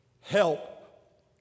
help